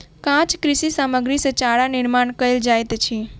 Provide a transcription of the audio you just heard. काँच कृषि सामग्री सॅ चारा निर्माण कयल जाइत अछि